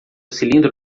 cilindro